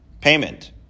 payment